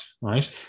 right